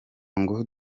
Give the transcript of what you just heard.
ngo